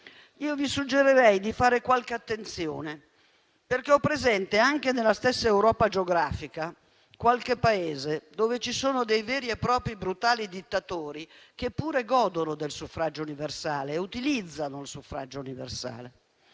Vi suggerirei di fare qualche attenzione, perché ho presente, anche nella stessa Europa geografica, qualche Paese in cui ci sono dei veri e propri brutali dittatori, che pure godono del suffragio universale e lo utilizzano. Se c'è una